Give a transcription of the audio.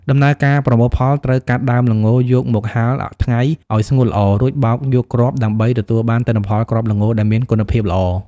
ដំណើរការប្រមូលផល ត្រូវកាត់ដើមល្ងយកមកហាលថ្ងៃឱ្យស្ងួតល្អ រួចបោកយកគ្រាប់ដើម្បីទទួលបានទិន្នផលគ្រាប់ល្ងដែលមានគុណភាពល្អ។